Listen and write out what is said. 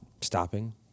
stopping